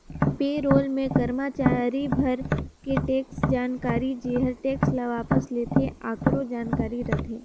पे role मे करमाचारी भर के टेक्स जानकारी जेहर टेक्स ल वापस लेथे आकरो जानकारी रथे